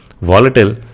volatile